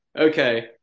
okay